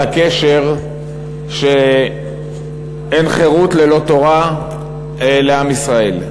על הקשר שאין חירות ללא תורה לעם ישראל.